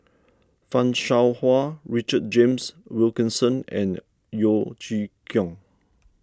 Fan Shao Hua Richard James Wilkinson and Yeo Chee Kiong